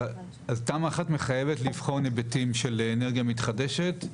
אז תמ"א 1 מחייבת לבחון היבטים של אנרגיה מתחדשת,